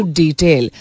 detail